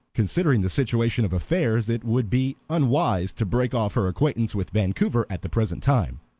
considering the situation of affairs, it would be unwise to break off her acquaintance with vancouver at the present time.